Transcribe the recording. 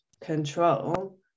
control